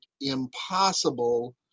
impossible